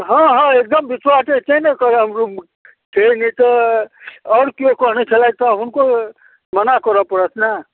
हँ हँ एकदम विश्वासे छै ने करब हमरो छै ने तऽ आओर केओ कहने छलथि हुनको मना करऽ पड़त ने